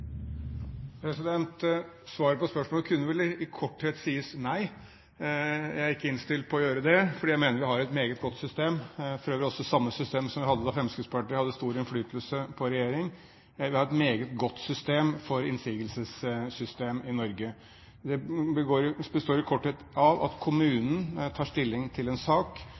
Svaret på spørsmålet kunne vel i korthet sies slik: Nei, jeg er ikke innstilt på å gjøre det, fordi jeg mener vi har et meget godt system – for øvrig også samme system som vi hadde da Fremskrittspartiet hadde stor innflytelse på regjering. Vi har et meget godt system for innsigelser i Norge. Det består i korthet av at kommunen tar stilling til en sak.